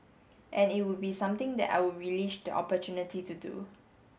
and it would be something that I would relish the opportunity to do